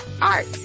Art